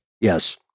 Yes